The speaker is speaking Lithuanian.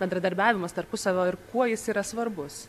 bendradarbiavimas tarpusavio ir kuo jis yra svarbus